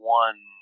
one